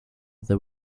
there